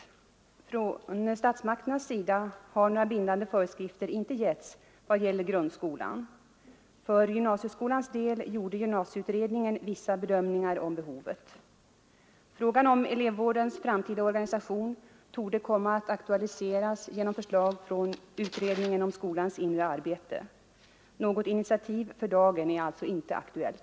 Från statsmakternas sida har några bindande föreskrifter inte givits vad gäller grundskolan. För gymnasieskolans del gjorde gymnasieutredningen vissa bedömningar av behovet. Frågan om elevvårdens framtida organisation torde komma att aktualiseras genom förslag från utredningen om skolans inre arbete. Något initiativ är alltså för dagen inte aktuellt.